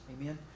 Amen